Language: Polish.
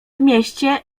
mieście